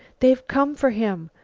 they've come for him.